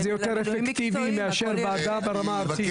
זה יותר אפקטיבי מאשר וועדה ברמה הארצית.